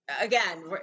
Again